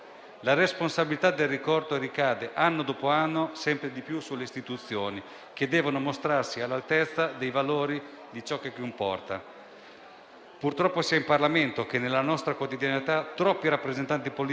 Purtroppo, sia in Parlamento sia nella nostra quotidianità, troppi rappresentanti politici scelgono di rinunciare a questi principi morali su cui si è basata la nostra democrazia, solamente per guadagnarsi consensi.